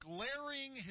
Glaring